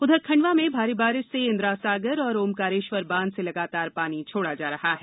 उधर खंडवा में भारी बारिश से इंदिरा सागर और ऑकारेश्वर बांध से लगातार पानी छोड़ा जा रहा है